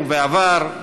הגואל,